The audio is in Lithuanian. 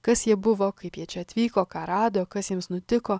kas jie buvo kaip jie čia atvyko ką rado kas jiems nutiko